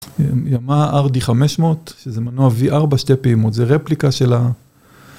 יאמהה RD500, שזה מנוע VR בשתי פעימות, זו רפליקה של ה...